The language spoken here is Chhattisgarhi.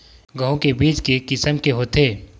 गेहूं के बीज के किसम के होथे?